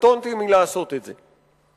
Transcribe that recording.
קטונתי מלעשות את זה.